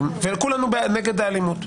כולנו נגד האלימות,